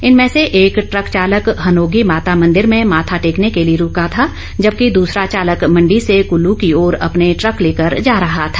इनमें से एक ट्रक चालक हनोगी माता मंदिर में माथा टेकर्ने के लिए रूका था जबकि दूसरा चालक मण्डी से कुल्लू की ओर अपने ट्रक लेकर जा रहा था